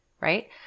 right